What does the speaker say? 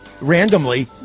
randomly